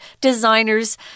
designers